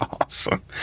awesome